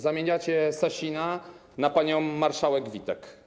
Zamieniacie Sasina na panią marszałek Witek.